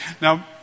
Now